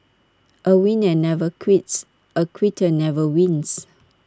A winner never quits A quitter never wins